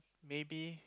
maybe